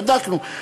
בדקנו.